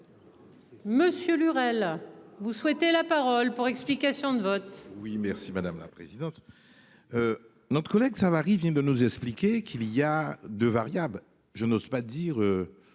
Monsieur Lurel. Vous souhaitez la parole pour explication de vote. Oui merci madame la présidente. Notre collègue ça varie vient de nous expliquer qu'il y a deux variables. Je n'ose pas dire.